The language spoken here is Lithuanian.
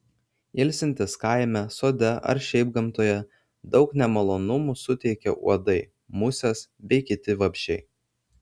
ilsintis kaime sode ar šiaip gamtoje daug nemalonumų suteikia uodai musės bei kiti vabzdžiai